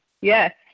Yes